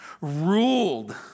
ruled